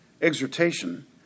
exhortation